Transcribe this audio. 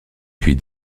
puis